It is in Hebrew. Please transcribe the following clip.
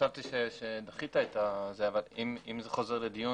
חשבתי שדחית, אבל אם זה חוזר לדיון,